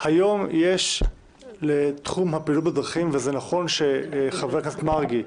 היום יש לתחום הבטיחות בדרכים ונכון שחבר הכנסת מרגי,